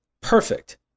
perfect